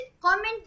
Comment